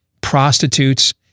prostitutes